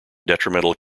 detrimental